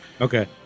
Okay